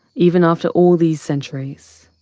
even after all these centuries,